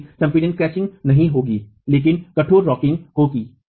हालांकि संपीडन क्रशिंग नहीं होगा लेकिन कठोर रॉकिंग होगा